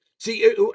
See